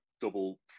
double